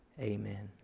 Amen